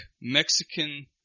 Mexican